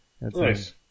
Nice